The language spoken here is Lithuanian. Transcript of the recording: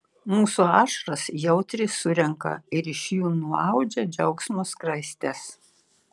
mūsų ašaras jautriai surenka ir iš jų nuaudžia džiaugsmo skraistes